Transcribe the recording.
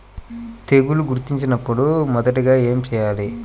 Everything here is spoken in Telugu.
తెగుళ్లు గుర్తించినపుడు మొదటిగా ఏమి చేయాలి?